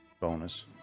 bonus